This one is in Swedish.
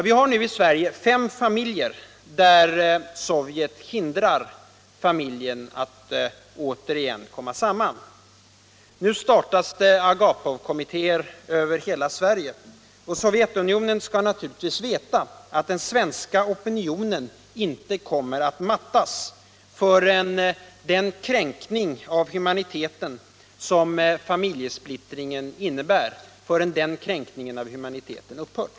Vi har f. n. fem fall i Sverige där Sovjet hindrar familjer att åter komma samman. Agapovkommittéer startas nu över hela Sverige, och Sovjetunionen skall naturligtvis veta att den svenska opinionen inte kommer att mattas förrän den kränkning av humaniteten som familjesplittringen innebär har upphört.